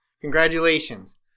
congratulations